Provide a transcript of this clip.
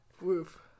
Woof